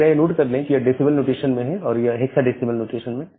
कृपया यह नोट कर लें कि यह डेसीबल नोटेशन में है और यह हेक्साडेसिमल नोटेशन में